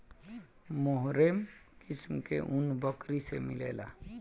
मोहेर किस्म के ऊन बकरी से मिलेला